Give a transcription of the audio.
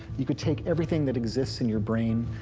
you could take everything that exists in your brain,